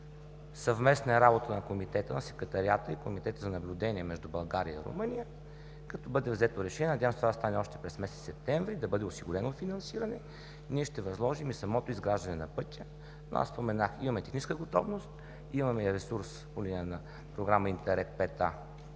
Съвместна е работата на Секретариата и Комитета за наблюдение между България и Румъния. Като бъде взето решение, надявам се това да стане още през месец септември – да бъде осигурено финансиране, ние ще възложим и самото изграждане на пътя. Аз споменах, имаме техническа готовност, имаме и ресурс по линия на Програма „ИНТЕРРЕГ